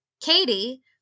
Katie